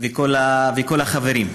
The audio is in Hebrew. וכל החברים.